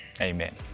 amen